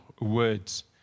words